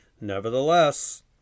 Nevertheless